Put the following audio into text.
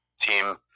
team